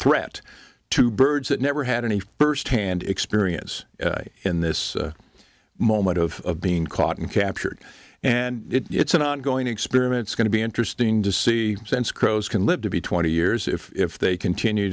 threat to birds that never had any firsthand experience in this moment of being caught in captured and it's an ongoing experiments going to be interesting to see sense crows can live to be twenty years if they continue